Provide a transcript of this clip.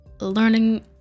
learning